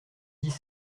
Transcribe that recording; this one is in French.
dix